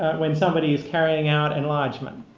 when somebody is carry out enlargement.